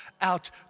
out